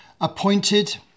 appointed